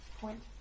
point